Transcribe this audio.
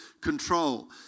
control